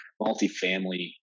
multifamily